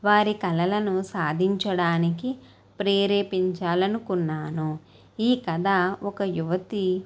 వారి కలలను సాధించడానికి ప్రేరేపించాలనుకున్నాను ఈ కథ ఒక యువతి